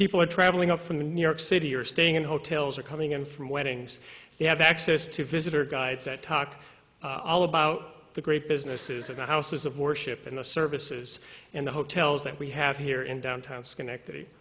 people are travelling up from the new york city or staying in hotels or coming in from weddings you have access to visitor guides that talk all about the great businesses of the houses of worship and the services and the hotels that we have here in downtown schenectady